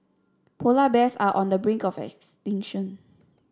polar bears are on the brink of extinction